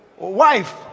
wife